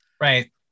Right